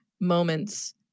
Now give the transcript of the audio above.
moments